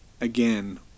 again